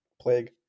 plague